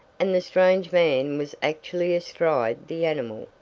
and the strange man was actually astride the animal.